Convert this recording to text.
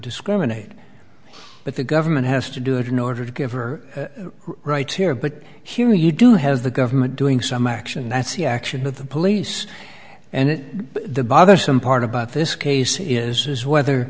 discriminate but the government has to do it in order to give her rights here but here you do have the government doing some action that's the action of the police and the bothersome part about this case is whether